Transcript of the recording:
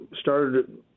Started